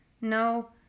No